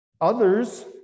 Others